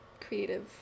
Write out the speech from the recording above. creative